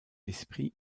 esprit